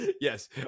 yes